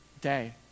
day